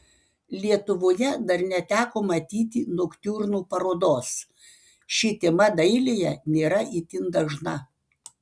lietuvoje dar neteko matyti noktiurnų parodos ši tema dailėje nėra itin dažna